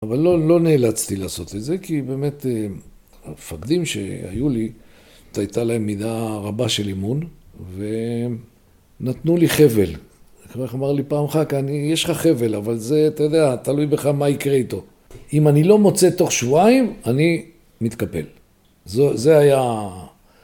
אבל לא לא נאלצתי לעשות את זה כי באמת המפקדים שהיו לי הייתה להם מידה רבה של אמון ונתנו לי חבל איך אמר לי פעם אחר כאן יש לך חבל אבל זה אתה יודע תלוי בך מה יקרה איתו אם אני לא מוצא תוך שבועיים אני מתקפל. זה היה